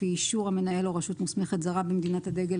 לפי אישור המנהל או רשות מוסמכת זרה במדינת הדגל,